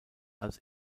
als